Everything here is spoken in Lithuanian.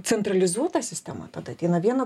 centralizuota sistema tad ateina vieno